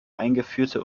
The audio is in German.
eingeführte